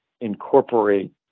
incorporate